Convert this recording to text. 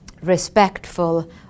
respectful